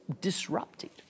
disrupted